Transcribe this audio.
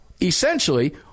essentially